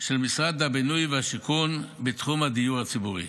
של משרד הבינוי והשיכון בתחום הדיור הציבורי,